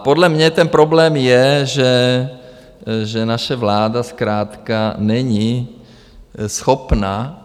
Podle mě ten problém je, že naše vláda zkrátka není schopna...